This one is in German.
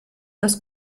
das